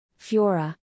Fiora